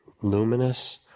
luminous